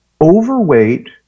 overweight